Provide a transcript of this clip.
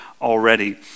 already